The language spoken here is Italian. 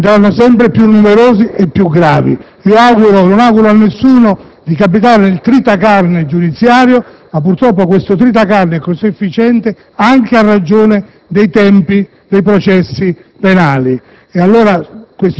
diventeranno sempre più numerosi e più gravi. Non auguro a nessuno di capitare nel tritacarne giudiziario, ma purtroppo questo tritacarne è così efficiente anche a causa dei tempi dei processi penali.